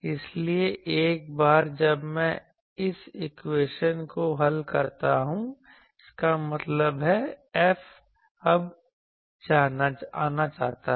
इसलिए एक बार जब मैं इस इक्वेशन को हल करता हूं इसका मतलब है F अब जाना जाता है